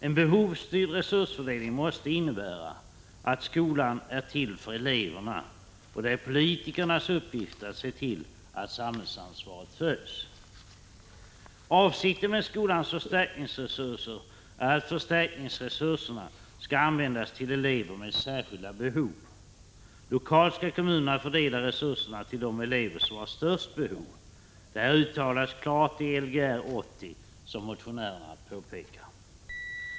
En behovsstyrd resursfördelning måste innebära att skolan är till för eleverna, och det är politikernas uppgift att se till att samhället tar sitt ansvar. Avsikten med skolans förstärkningsresurser är att de skall användas till elever med särskilda behov. Lokalt skall kommunerna fördela resurserna till de elever som har störst behov. Detta uttalas klart i Lgr 80, vilket motionärerna påpekar.